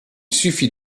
suffit